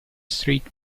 street